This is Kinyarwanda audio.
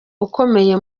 ukomeye